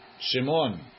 Shimon